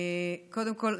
קודם כול,